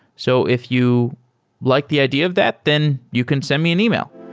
so if you like the idea of that, then you can send me an e-mail.